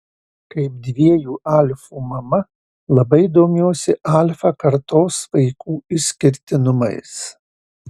kaip dviejų alfų mama labai domiuosi alfa kartos vaikų išskirtinumais